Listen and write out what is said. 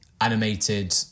animated